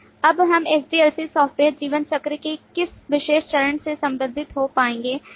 तब हम SDLC software जीवन चक्र के किस विशेष चरण से संबंधित हो पाएंगे